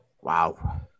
Wow